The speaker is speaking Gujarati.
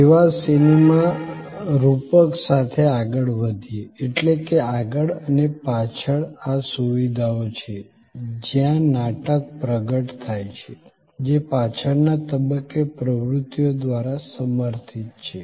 સેવા સિનેમા રૂપક સાથે આગળ વધીએ એટલે કે આગળ અને પાછળ આ સુવિધાઓ છે જ્યાં નાટક પ્રગટ થાય છે જે પાછળના તબક્કે પ્રવૃત્તિઓ દ્વારા સમર્થિત છે